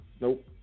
nope